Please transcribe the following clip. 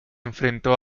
enfrentó